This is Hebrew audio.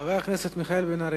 חבר הכנסת מיכאל בן-ארי.